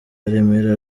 remera